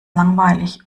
langweilig